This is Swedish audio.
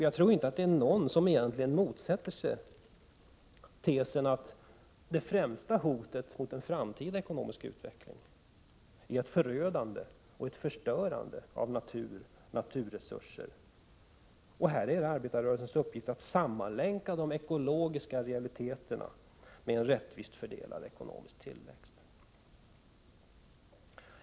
Jag tror inte att egentligen någon motsätter sig tesen att det främsta hotet mot en framtida ekonomisk utveckling är ett förödande och ett förstörande av naturresurser. Här är det arbetarrörelsens uppgift att sammanlänka de ekologiska realiteterna med en rättvist fördelad ekonomisk tillväxt.